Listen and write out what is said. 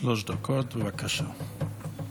שלוש דקות, בבקשה.